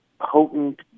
potent